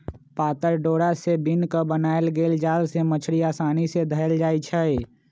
पातर डोरा से बिन क बनाएल गेल जाल से मछड़ी असानी से धएल जाइ छै